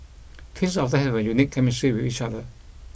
twins often have a unique chemistry with each other